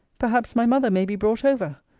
perhaps my mother may be brought over.